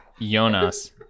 Jonas